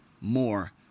more